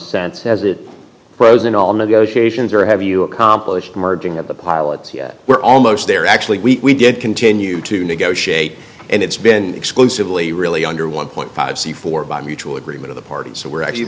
sense as it grows in all negotiations or have you accomplished merging of the pilots yet we're almost there actually we did continue to negotiate and it's been exclusively really under one point five c for by mutual agreement of the parties so we're actually